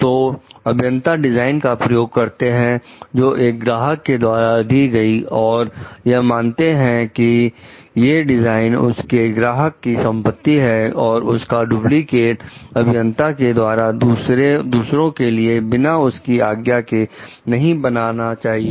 तो अभियंता डिजाइन का प्रयोग करते हैं जो एक ग्राहक के द्वारा दी गई और यह मानते हैं कि हे डिजाइन उनके ग्राहक की संपत्ति है और उसका डुप्लीकेट अभियंता के द्वारा दूसरों के लिए बिना उनकी आज्ञा के नहीं बनाना चाहिए